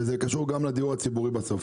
וזה קשור גם לדיור הציבורי בסוף.